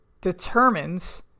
determines